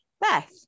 Beth